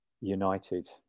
United